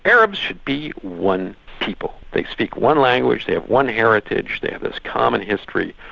arabs should be one people. they speak one language, they have one heritage, they have this common history.